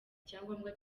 icyangombwa